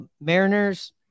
Mariners